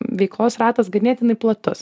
veiklos ratas ganėtinai platus